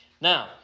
Now